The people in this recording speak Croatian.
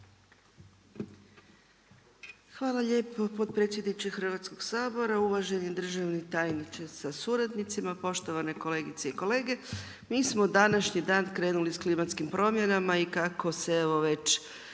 Hvala lijepa potpredsjedniče Hrvatskog sabora, uvaženi državni tajniče sa suradnicima, poštovane kolegice i kolege. Mi smo današnji dan krenuli sa klimatskim promjenama i kako se već,